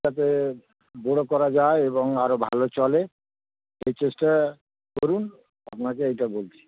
যাতে বড় করা যায় এবং আরও ভালো চলে সেই চেষ্টা করুন আপনাকে এইটা বলছি